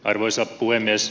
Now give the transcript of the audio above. arvoisa puhemies